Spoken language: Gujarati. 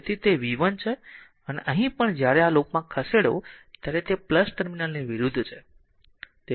તેથી તેથી જ તે v 1 છે અને અહીં પણ જ્યારે આ લૂપમાં ખસેડો ત્યારે તે r ટર્મિનલની વિરુદ્ધ છે